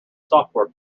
software